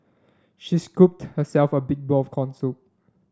she scooped herself a big bowl of corn soup